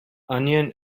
onion